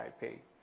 IP